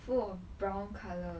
full of brown colour